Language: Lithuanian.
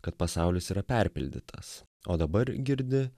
kad pasaulis yra perpildytas o dabar girdi